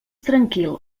tranquil